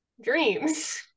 dreams